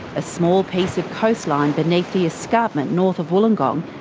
a small piece of coastline beneath the escarpment north of wollongong,